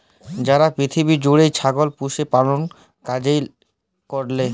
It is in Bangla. ছারা পিথিবী জ্যুইড়ে ছাগল পুষে ম্যালা কাজের কারলে